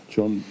John